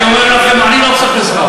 אני אומר לכם, אני לא צריך עזרה.